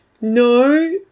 no